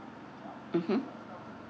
mmhmm